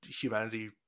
humanity